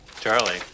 Charlie